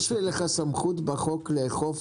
יש לך סמכות בחוק לאכוף